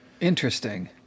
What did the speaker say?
Interesting